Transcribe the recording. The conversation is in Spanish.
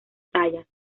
tallas